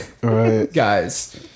guys